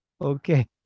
Okay